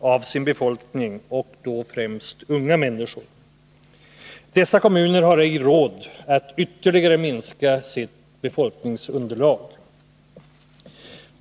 av sin befolkning, och då främst unga människor. Dessa kommuner har ej råd att ytterligare minska sitt befolkningsunderlag.